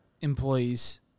employees